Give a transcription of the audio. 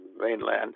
mainland